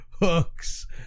hooks